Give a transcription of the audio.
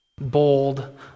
bold